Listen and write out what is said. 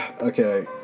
Okay